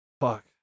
Fuck